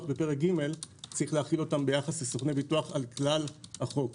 בפרק ג' צריך להחילם ביחס לסוכני הביטוח על כלל החוק.